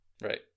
Right